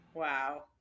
Wow